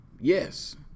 Yes